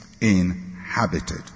inhabited